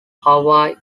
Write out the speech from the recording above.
hawaii